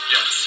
Yes